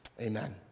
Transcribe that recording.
Amen